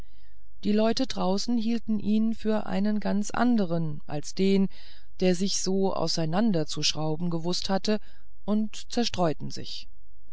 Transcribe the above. die leute draußen hielten ihn für einen ganz andern als den der sich so auseinanderzuschrauben gewußt hatte und zerstreuten sich